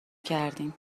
کردیم